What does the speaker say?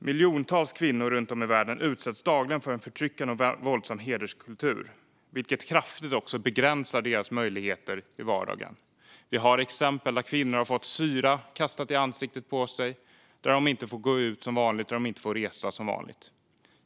Miljontals kvinnor runt om i världen utsätts dagligen för en förtryckande och våldsam hederskultur, vilket kraftigt begränsar deras möjligheter i vardagen. Det finns exempel där kvinnor har fått syra kastat i sitt ansikte och där de inte får gå ut eller resa som vanligt.